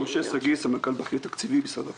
אני סמנכ"ל בכיר תקציבי משרד החינוך.